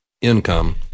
income